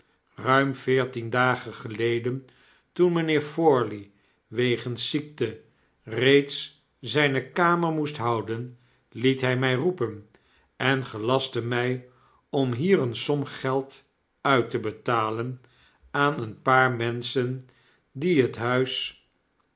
buim veertien dagen geleden toen mpheer forley wegens ziekte reeds zpe kamer moest houden liet hy my roepen en gelastte my om hier eene som geld uit te betalen aan een paar menschen die het huis